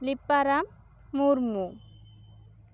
Liparam Murmu